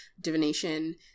divination